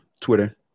Twitter